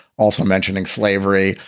also mentioning slavery.